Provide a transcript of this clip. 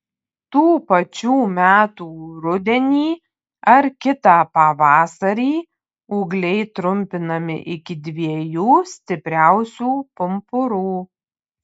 tų pačių metų rudenį ar kitą pavasarį ūgliai trumpinami iki dviejų stipriausių pumpurų